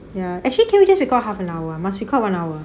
ya actually can we just record half an hour must record one hour